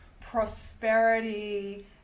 prosperity